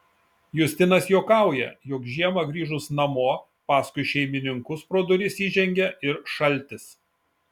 justinas juokauja jog žiemą grįžus namo paskui šeimininkus pro duris įžengia ir šaltis